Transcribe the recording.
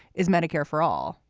is medicare for all?